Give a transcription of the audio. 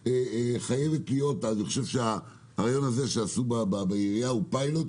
אני חושב שהרעיון שעשו בעירייה הוא פיילוט,